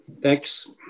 Thanks